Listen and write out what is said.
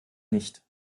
nicht